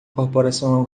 corporação